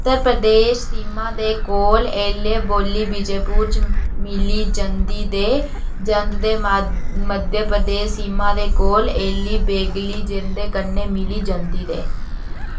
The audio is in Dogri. उत्तर प्रदेश सीमा दे कोल एह् बोल्ली भोजपुरी च मिली जंदी ऐ जदके मध्य प्रदेश सीमा दे कोल एह् बेघली दे कन्नै मिली जंदी ऐ